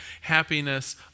happiness